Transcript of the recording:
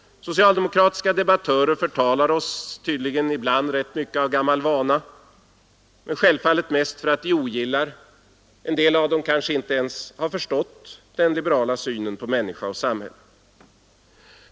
Socialdemokratiska debattörer förtalar oss tydligen ibland rätt mycket av gammal vana, men självfallet mest för att de ogillar den liberala synen på människa och samhälle. En del kanske inte ens har förstått den.